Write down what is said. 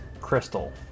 crystal